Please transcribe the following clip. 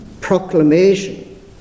proclamation